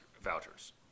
vouchers